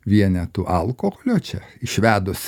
vienetų alkoholio čia išvedus